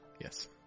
Yes